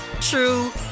true